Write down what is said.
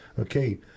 Okay